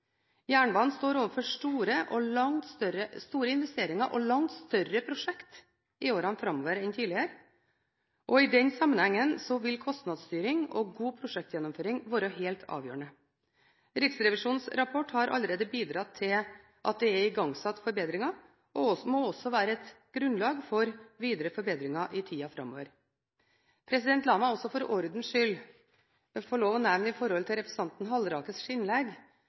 Jernbanen står overfor store investeringer og langt større prosjekter i årene framover enn tidligere. I den sammenheng vil kostnadsstyring og en god prosjektgjennomføring være helt avgjørende. Riksrevisjonens rapport har allerede bidratt til at det er igangsatt forbedringer, og må også være et grunnlag for videre forbedringer i tiden framover. La meg også for ordens skyld få lov å nevne i forbindelse med at representanten Halleraker i sitt innlegg